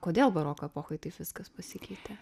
kodėl baroko epochoj taip viskas pasikeitė